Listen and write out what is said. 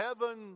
heaven